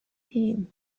him